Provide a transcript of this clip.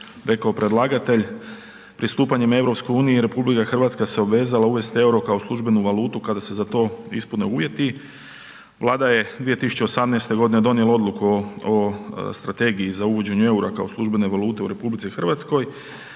rekao predlagatelj, pristupanjem EU RH se obvezala uvesti EUR-o kao službenu valutu kada se za to ispune uvjeti. Vlada je 2018.g. donijela odluku o strategiji za uvođenje EUR-a kao službene valute u RH, a